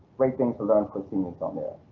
great things to learn for seniors on there.